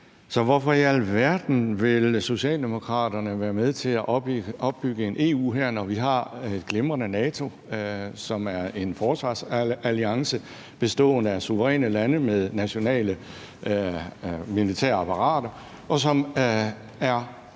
Hvorfor i alverden vil Socialdemokraterne være med til at opbygge en EU-hær, når vi har et glimrende NATO, som er en forsvarsalliance bestående af suveræne lande med nationale militære apparater, og som er